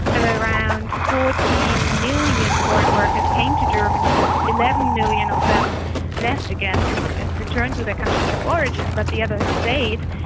and around fourteen million foreign workers came to germany, but eleven million of them left again and and returned to their countries of of origin, but the others stayed,